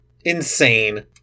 Insane